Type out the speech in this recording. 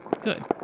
good